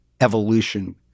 evolution